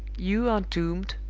you are doomed,